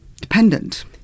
dependent